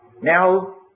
Now